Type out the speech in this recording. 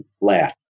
laugh